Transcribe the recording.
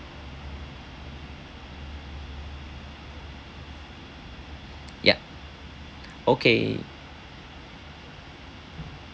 ya okay